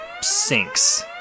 sinks